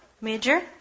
major